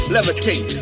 Levitate